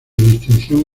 distinción